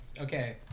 okay